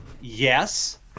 yes